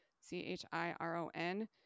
C-H-I-R-O-N